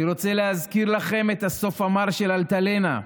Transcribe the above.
אני רוצה להזכיר לכם את הסוף המר של אלטלנה,